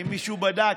האם מישהו בדק?